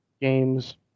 games